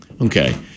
Okay